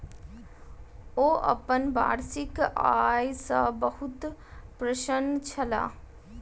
ओ अपन वार्षिक आय सॅ बहुत प्रसन्न छलाह